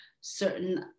certain